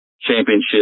championship